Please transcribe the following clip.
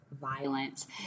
violence